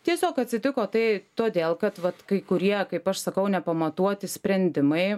tiesiog atsitiko tai todėl kad vat kai kurie kaip aš sakau nepamatuoti sprendimai